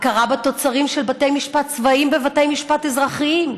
הכרה בתוצרים של בתי משפט צבאיים בבתי משפט אזרחיים,